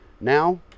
now